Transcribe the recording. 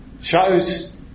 shows